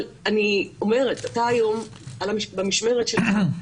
אבל אתה היום במשמרת שלך,